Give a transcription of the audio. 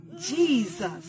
Jesus